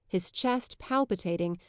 his chest palpitating,